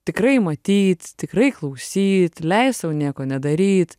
tikrai matyt tikrai klausyt leist sau nieko nedaryt